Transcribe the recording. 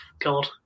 God